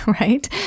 right